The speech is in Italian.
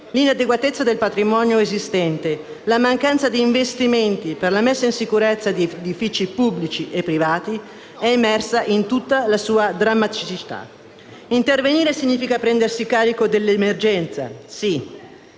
l'inadeguatezza del patrimonio esistente e la mancanza di investimenti per la messa in sicurezza di edifici pubblici e privati sono, infatti, emerse in tutta la loro drammaticità. Intervenire significa prendersi carico dell'emergenza sì,